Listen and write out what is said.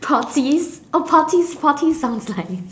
Poltese oh Poltese Poltese sounds nice